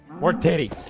more teddy.